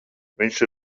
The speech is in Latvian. viņš